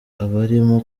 abarimo